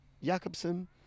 Jakobsen